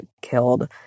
killed